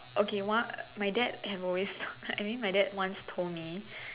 okay my dad has always I mean my dad once told me